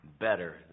better